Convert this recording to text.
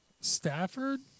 Stafford